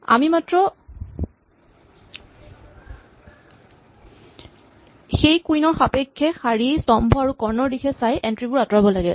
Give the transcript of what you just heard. আমি মাত্ৰ সেই কুইন ৰ সাপেক্ষে শাৰী স্তম্ভ আৰু কৰ্ণৰ দিশে চাই এন্ট্ৰী বোৰ আঁতৰাব লাগে